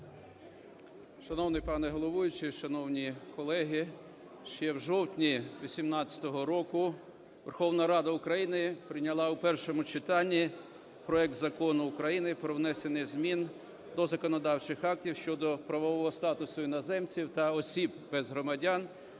Шановний пане головуючий, шановні колеги! Ще в жовтні 18-го року Верховна Рада України прийняла у першому читанні проект Закону України про внесення змін до законодавчих актів щодо правового статусу іноземців та осіб без громадянства,